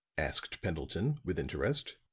asked pendleton, with interest.